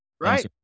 Right